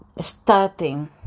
starting